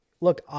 Look